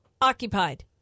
occupied